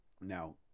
Now